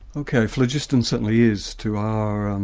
ok phlogiston certainly is to our and